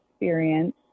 experience